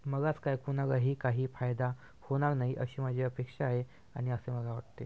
मलाच काय कुणालाही काही फायदा होणार नाही अशी माझी अपेक्षा आहे आणि असं मला वाटते